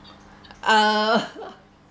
uh